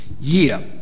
year